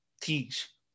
teach